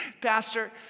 pastor